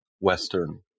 Western